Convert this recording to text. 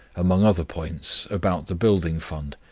among other points, about the building fund,